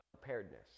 Preparedness